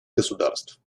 государств